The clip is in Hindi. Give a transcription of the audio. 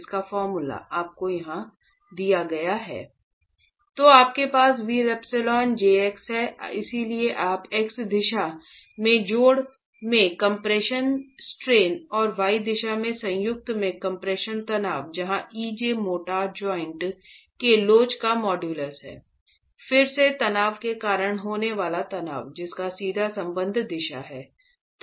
तो आपके पास ε jx हैं इसलिए x दिशा में जोड़ में कम्प्रेस्सिव स्ट्रेन और वाई दिशा में संयुक्त में कम्प्रेशन तनाव जहां EJ मोर्टार जॉइंट के लोच का मॉड्यूलस है फिर से तनाव के कारण होने वाला तनाव जिसका सीधा संबंध दिशा से है